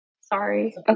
Sorry